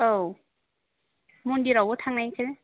औ मन्दिरावबो थांनायसै